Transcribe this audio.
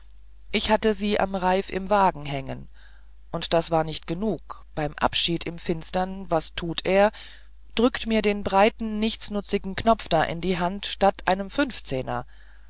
ich hatte sie am reif im wagen hängen und das war nicht genug beim abschied im finstern was tut er drückt mir den breiten nichtsnutzigen knopf da in die hand statt einem fünfzehner